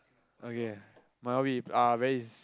okay my hobby uh is